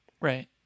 Right